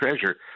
treasure